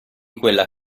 quella